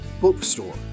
bookstore